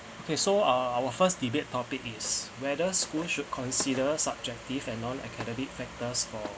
okay so err our first debate topic is whether schools should consider subjective and non academic factors for